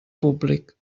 públic